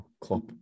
Klopp